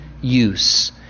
use